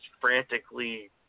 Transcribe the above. frantically